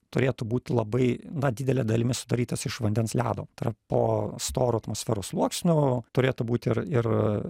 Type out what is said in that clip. turėtų būti labai na didele dalimi sudarytas iš vandens ledo tai yra po storu atmosferos sluoksniu turėtų būti ir ir